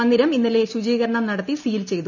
മന്ദിരം ഇന്നലെ ശുചീകരണം നടത്തി സീൽ ചെയ്തു